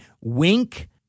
wink